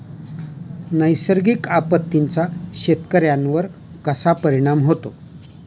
नैसर्गिक आपत्तींचा शेतकऱ्यांवर कसा परिणाम होतो?